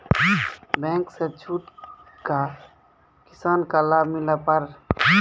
Bank से छूट का किसान का लाभ मिला पर?